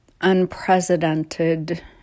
unprecedented